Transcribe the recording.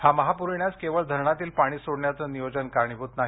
हा महापूर येण्यास केवळ धरणातील पाणी सोडण्याचे नियोजन कारणीभूत नाही